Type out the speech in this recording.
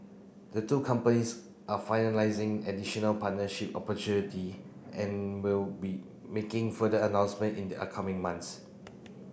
the two companies are finalising additional partnership opportunity and will be making further announcement in the upcoming months